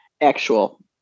actual